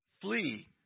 Flee